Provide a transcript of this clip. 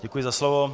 Děkuji za slovo.